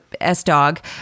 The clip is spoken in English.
S-Dog